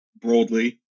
broadly